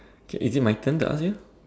okay is it my turn to ask you